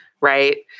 Right